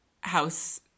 house